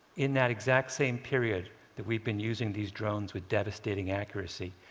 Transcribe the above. in that exact same period that we've been using these drones with devastating accuracy,